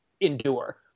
endure